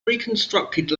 reconstructed